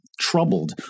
troubled